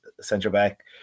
centre-back